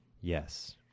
Yes